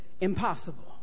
impossible